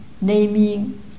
naming